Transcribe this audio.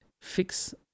fix